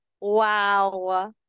Wow